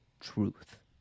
truth